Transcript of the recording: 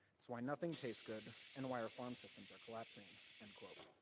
it's why nothing tastes good, and why our farm systems are collapsing. and